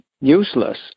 useless